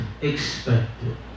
expected